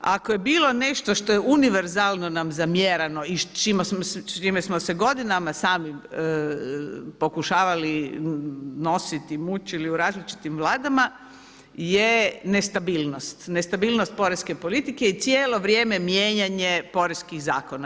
Ako je bilo nešto što je univerzalno nam zamjerano i čime smo se godinama sami pokušavali nositi, mučili u različitim vladama je nestabilnost, nestabilnost porezne politike i cijelo vrijeme mijenjanje poreznih zakona.